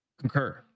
Concur